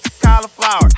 cauliflower